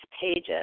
pages